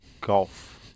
golf